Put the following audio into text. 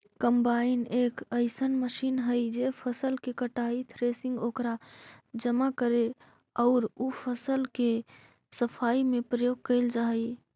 combine एक अइसन machine हई जे फसल के कटाई, थ्रेसिंग, ओकरा जमा करे औउर उ फसल के सफाई में प्रयोग कईल जा हई